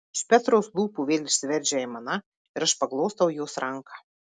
iš petros lūpų vėl išsiveržia aimana ir aš paglostau jos ranką